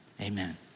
amen